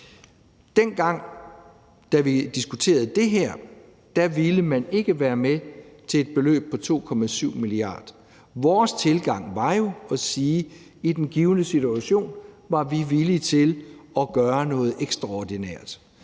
Dengang vi diskuterede det her, ville man ikke være med til et beløb på 2,7 mia. kr. Vores tilgang var jo at sige, at i den givne situation var vi villige til at gøre noget ekstraordinært.